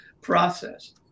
process